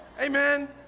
amen